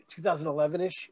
2011-ish